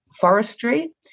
forestry